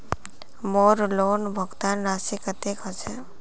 मोर लोन भुगतान राशि कतेक होचए?